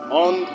on